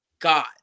God